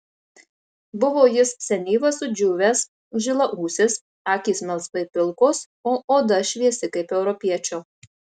buvo jis senyvas sudžiūvęs žilaūsis akys melsvai pilkos o oda šviesi kaip europiečio